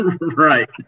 Right